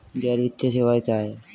गैर वित्तीय सेवाएं क्या हैं?